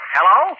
Hello